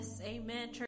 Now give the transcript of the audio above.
Amen